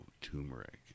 turmeric